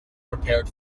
prepared